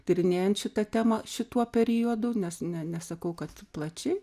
tyrinėjant šitą temą šituo periodu nes ne nesakau kad plačiai